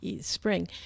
spring